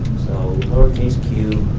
lowercase q